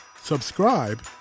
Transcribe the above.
subscribe